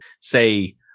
say